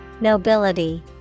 Nobility